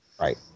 Right